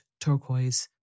turquoise